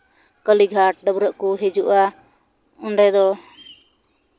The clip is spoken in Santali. ᱠᱟᱹᱞᱤᱜᱷᱟᱴ ᱰᱟᱹᱵᱽᱨᱟᱹᱜ ᱠᱚ ᱦᱤᱡᱩᱜᱼᱟ ᱚᱸᱰᱮ ᱫᱚ